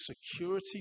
security